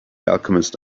alchemist